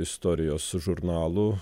istorijos žurnalų